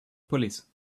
pulleys